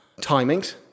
timings